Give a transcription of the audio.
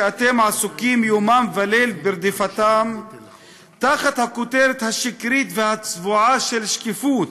שאתם עסוקים יומם וליל ברדיפתן תחת הכותרת השקרית והצבועה של שקיפות,